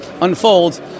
unfolds